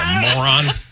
Moron